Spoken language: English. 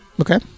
Okay